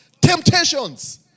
temptations